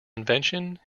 invention